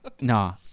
Nah